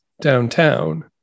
downtown